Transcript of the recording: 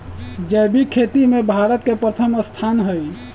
जैविक खेती में भारत के प्रथम स्थान हई